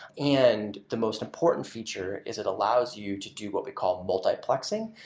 and the most important features is it allows you to do what we call multiplexing.